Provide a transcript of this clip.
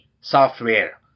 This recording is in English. software